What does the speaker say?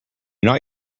not